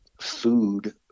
food